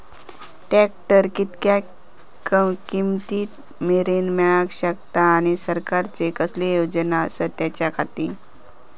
Tractor कितक्या किमती मरेन मेळाक शकता आनी सरकारचे कसले योजना आसत त्याच्याखाती?